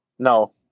No